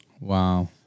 Wow